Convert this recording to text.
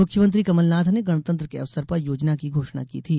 मुख्यमंत्री कमलनाथ ने गणतंत्र के अवसर पर योजना की घोषणा की थी